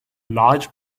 large